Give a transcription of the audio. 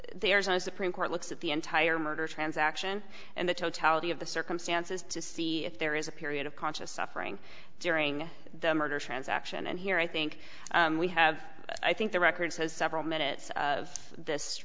there's a supreme court looks at the entire murder transaction and the totality of the circumstances to see if there is a period of conscious suffering during the murder transaction and here i think we have i think the record has several minutes of this